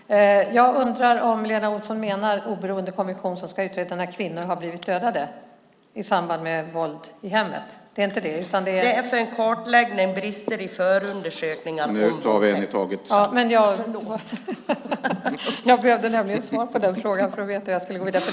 Herr talman! Jag undrar om Lena Olsson menar en oberoende kommission som ska utreda när kvinnor har blivit dödade i samband med våld i hemmet. Det är inte det? : Det är en kartläggning av brister i förundersökningar om våldtäkt.)